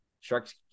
Sharks